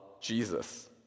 Jesus